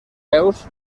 peus